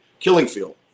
Killingfield